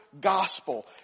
gospel